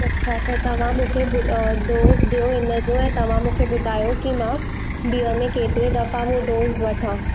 अच्छा त तव्हां मूंखे डोज़ ॾियो हिन जो ऐं तव्हा मूंखे ॿुधायो की मां ॾींहं में केतिरे दफ़ा उहो डोज़ वठां